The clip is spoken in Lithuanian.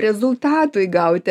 rezultatui gauti